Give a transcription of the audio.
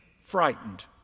frightened